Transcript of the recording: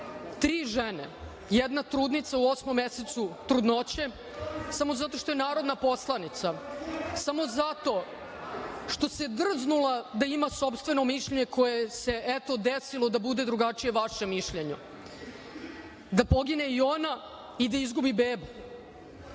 Tri žene, jedna trudnica u osmom mesecu trudnoće, samo zato što je narodna poslanica, samo zato što se drznula da ima sopstveno mišljenje koje se, eto, desilo da bude drugačije od vašeg mišljenja, da pogine i ona i da izgubi bebu.